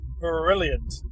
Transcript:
brilliant